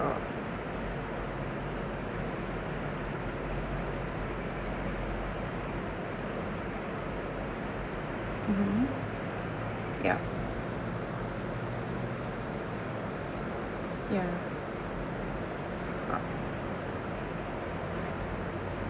mmhmm yup yeah uh